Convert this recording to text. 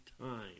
time